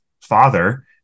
father